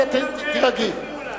מבינים את זה.